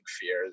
fear